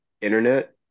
internet